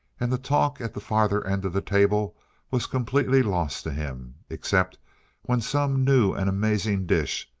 and the talk at the farther end of the table was completely lost to him, except when some new and amazing dish,